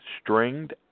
stringed